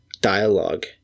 dialogue